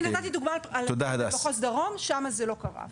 נתתי דוגמה של מחוז דרום שם זה לא קרה.